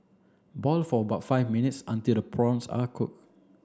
boil for about five minutes until the prawns are cooked